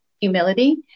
humility